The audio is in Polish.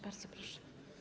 Bardzo proszę.